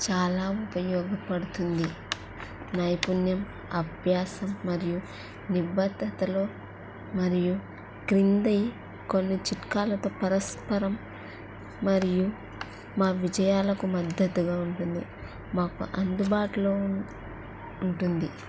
చాలా ఉపయోగపడుతుంది నైపుణ్యం అభ్యాసం మరియు నిబద్ధతలో మరియు క్రింది కొన్ని చిట్కాలతో పరస్పరం మరియు మా విజయాలకు మద్దతుగా ఉంటుంది మాకు అందుబాటులో ఉంటుంది